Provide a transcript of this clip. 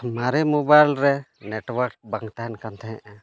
ᱢᱟᱨᱮ ᱢᱳᱵᱟᱭᱤᱞ ᱨᱮ ᱱᱮᱴᱳᱣᱟᱨᱠ ᱵᱟᱝ ᱛᱟᱦᱮᱱ ᱠᱟᱱ ᱛᱟᱦᱮᱸᱫᱼᱟ